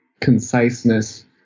conciseness